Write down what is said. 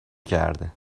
کرده